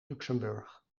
luxemburg